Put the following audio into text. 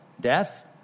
death